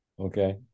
Okay